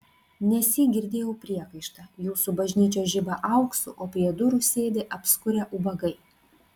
nesyk girdėjau priekaištą jūsų bažnyčios žiba auksu o prie durų sėdi apskurę ubagai